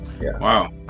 Wow